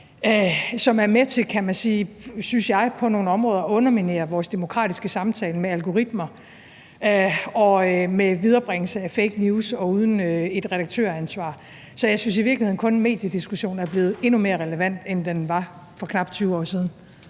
som jo også er med til, synes jeg, på nogle områder at underminere vores demokratiske samtale med algoritmer og viderebringelse af fake news og uden et redaktøransvar. Så jeg synes i virkeligheden kun, at mediediskussionen er blevet endnu mere relevant, end den var for knap 20 år siden.